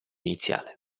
iniziale